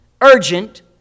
urgent